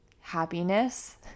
happiness